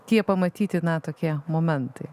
tie pamatyti na tokie momentai